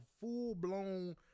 full-blown